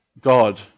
God